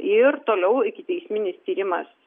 ir toliau ikiteisminis tyrimas